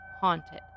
haunted